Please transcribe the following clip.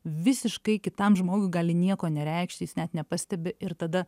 visiškai kitam žmogui gali nieko nereikšti jis net nepastebi ir tada